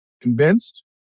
convinced